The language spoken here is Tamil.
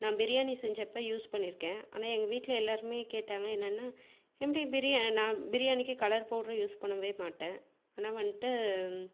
நான் பிரியாணி செஞ்சப்போ யூஸ் பண்ணியிருக்கேன் ஆனால் எங்கள் வீட்டில் எல்லோருமே கேட்டாங்க என்னென்னா எப்படி பிரியா நான் பிரியாணிக்கு கலர் பவுடரு யூஸ் பண்ணவே மாட்டேன் ஆனால் வந்துட்டு